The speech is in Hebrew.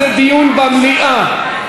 דיון במליאה,